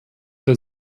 der